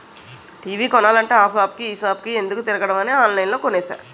TV కొనాలంటే ఆ సాపుకి ఈ సాపుకి ఎందుకే తిరగడమని ఆన్లైన్లో కొనేసా